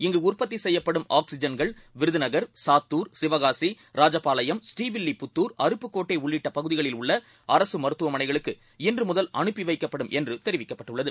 இங்குஉற்பத்திசெய்யப்படும்ஆக்ஸிஜன்கள்விருதுநக ர் சாத்தூர் சிவகாசி ராஜபாளையம் ஸ்ரீவில்லிபுத்தூர் அருப்புக்கோட்டைஉள்ளிட்டபகுதிகளில்உள்ளஅரசுமருத்து வமனைகளுக்குஇன்றுமுதல்அனுப்பிவைக்கப்படும்என்று தெரிவிக்கப்பட்டுள்ளது